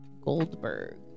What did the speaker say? goldberg